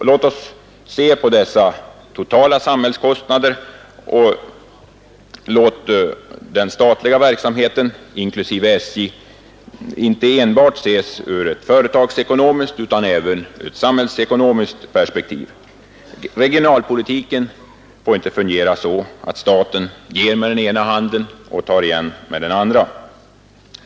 Låt oss se på dessa totala samhällskostnader och låt oss se den statliga verksamheten — inklusive SJ — inte enbart ur ett företagsekonomiskt utan även ur ett samhällsekonomiskt perspektiv. Regionalpolitiken får inte fungera så att staten ger med den ena handen och tar igen med den andra.